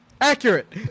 Accurate